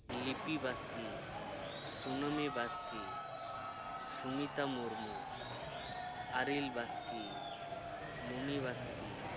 ᱞᱤᱯᱤ ᱵᱟᱥᱠᱮ ᱥᱩᱱᱟᱹᱢᱤ ᱵᱟᱥᱠᱮ ᱥᱩᱢᱤᱛᱟ ᱢᱩᱨᱢᱩ ᱟᱨᱤᱞ ᱵᱟᱥᱠᱮ ᱢᱩᱱᱤ ᱵᱟᱥᱠᱮ